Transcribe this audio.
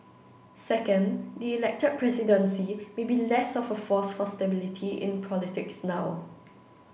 second the elected presidency may be less of a force for stability in politics now